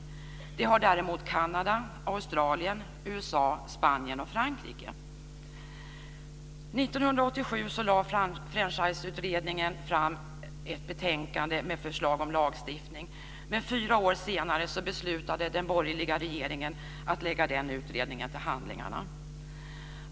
Det har däremot Kanada, År 1987 lade Franchiseutredningen fram ett betänkande med förslag om lagstiftning. Men fyra år senare beslutade den borgerliga regeringen att lägga den utredningen till handlingarna.